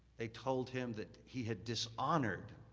they told him that he had dishonored